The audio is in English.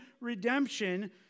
redemption